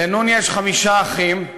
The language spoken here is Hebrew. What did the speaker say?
לנ' יש חמישה אחים: